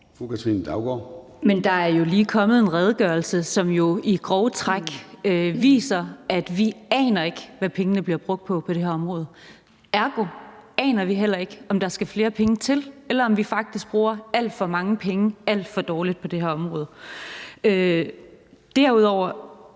Der er jo lige kommet en redegørelse, som i grove træk viser, at vi ikke aner, hvad pengene på det her område bliver brugt på. Ergo aner vi heller ikke, om der skal flere penge til, eller om vi faktisk bruger alt for mange penge alt for dårligt på det her område. Derudover